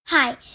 Hi